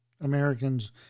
Americans